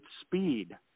speed